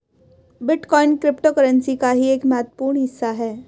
bitcoin cryptocurrency का ही एक महत्वपूर्ण हिस्सा है